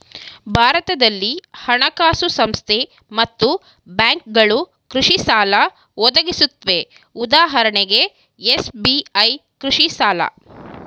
ಭಾರತದಲ್ಲಿ ಹಣಕಾಸು ಸಂಸ್ಥೆ ಮತ್ತು ಬ್ಯಾಂಕ್ಗಳು ಕೃಷಿಸಾಲ ಒದಗಿಸುತ್ವೆ ಉದಾಹರಣೆಗೆ ಎಸ್.ಬಿ.ಐ ಕೃಷಿಸಾಲ